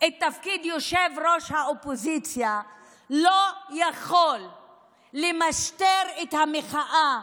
את תפקיד ראש האופוזיציה לא יכול למשטר את המחאה